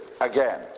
again